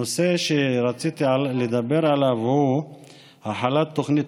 הנושא שרציתי לדבר עליו הוא החלת תוכנית